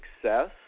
Success